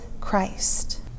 Christ